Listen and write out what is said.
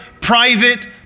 private